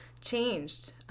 changed